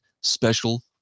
special